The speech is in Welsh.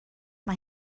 mae